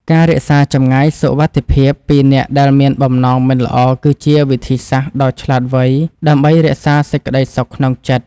ការរក្សាចម្ងាយសុវត្ថិភាពពីអ្នកដែលមានបំណងមិនល្អគឺជាវិធីសាស្ត្រដ៏ឆ្លាតវៃដើម្បីរក្សាសេចក្តីសុខក្នុងចិត្ត។